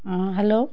ହଁ ହାଲୋ